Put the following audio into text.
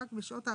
ערך שעה